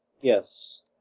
yes